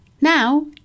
Now